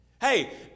Hey